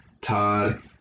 Todd